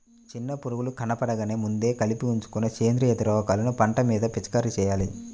చిన్న పురుగులు కనబడగానే ముందే కలిపి ఉంచుకున్న సేంద్రియ ద్రావకాలను పంట మీద పిచికారీ చెయ్యాలి